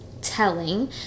telling